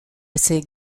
ses